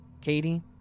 Katie